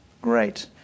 Great